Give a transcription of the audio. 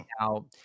Now